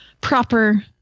proper